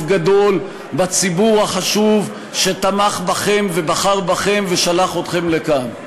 גדול בציבור החשוב שתמך בכם ובחר בכם ושלח אתכם לכאן.